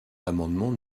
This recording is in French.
l’amendement